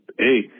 Hey